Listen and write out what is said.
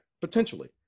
potentially